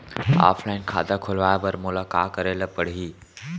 Offline खाता खोलवाय बर मोला का करे ल परही?